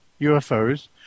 UFOs